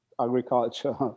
agriculture